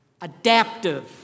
adaptive